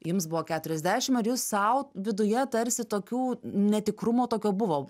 jums buvo keturiasdešim ar jūs sau viduje tarsi tokių netikrumo tokio buvo